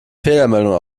fehlermeldung